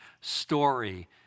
story